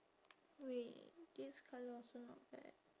wait this colour also not bad